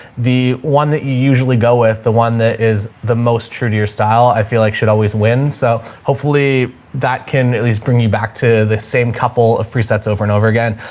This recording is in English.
the one that you usually go with, the one that is the most true to your style i feel like should always win. so hopefully that can at least bring you back to the same couple of presets over and over again.